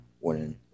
winning